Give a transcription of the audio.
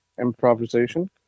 improvisation